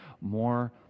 more